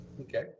Okay